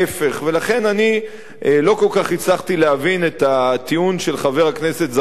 לכן אני לא כל כך הצלחתי להבין את הטיעון של חבר הכנסת זחאלקה.